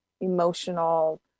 emotional